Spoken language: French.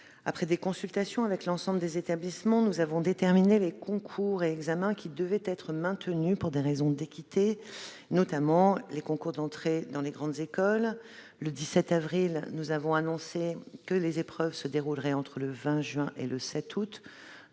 Après des consultations avec l'ensemble des établissements, nous avons déterminé les concours et examens qui devaient être maintenus pour des raisons d'équité, notamment les concours d'entrée dans les grandes écoles. Le 17 avril, nous avons annoncé que les épreuves se dérouleraient entre le 20 juin et le 7 août